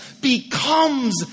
Becomes